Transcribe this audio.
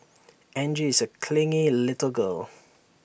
Angie is A clingy little girl